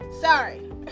sorry